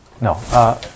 no